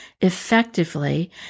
effectively